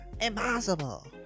impossible